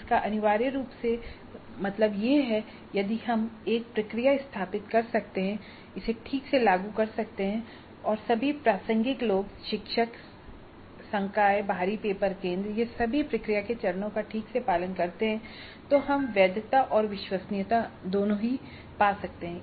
इसका अनिवार्य रूप से मतलब यह है कि यदि हम एक प्रक्रिया स्थापित कर सकते हैं इसे ठीक से लागू कर सकते हैं और सभी प्रासंगिक लोग नए शिक्षक संकाय बाहरी पेपर केंद्र ये सभी प्रक्रिया के चरणों का ठीक से पालन करते हैं तो हमें वैधता और विश्वसनीयता दोनो ही मिल पाती है